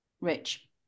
Rich